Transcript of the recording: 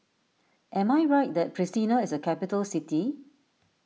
am I right that Pristina is a capital city